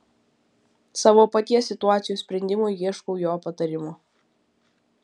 savo paties situacijos sprendimui ieškau jo patarimo